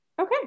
Okay